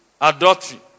adultery